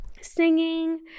singing